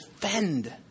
defend